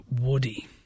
Woody